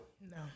No